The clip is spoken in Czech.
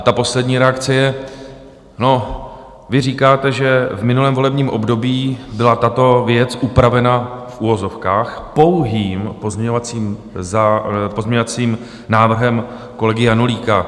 Ta poslední reakce je no, vy říkáte, že v minulém volebním období byla tato věc upravena v uvozovkách pouhým pozměňovacím návrhem kolegy Janulíka.